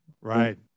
Right